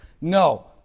No